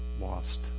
lost